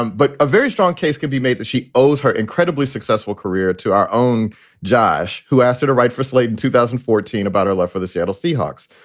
um but a very strong case can be made that she owes her incredibly successful career to our own josh, who asked her to write for slate in two thousand and fourteen about her love for the seattle seahawks.